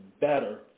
better